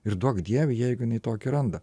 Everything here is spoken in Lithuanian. ir duok dieve jeigu jinai tokį randa